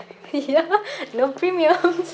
ya no premiums